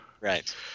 right